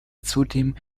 zudem